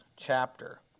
chapter